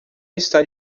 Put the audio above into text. está